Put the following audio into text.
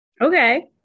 okay